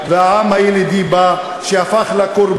לא היית שם כאפיה.